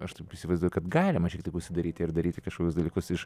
aš taip įsivaizduoju kad galima užsidaryti ir daryti kažkokius dalykus iš